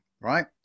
right